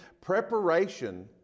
preparation